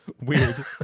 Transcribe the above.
Weird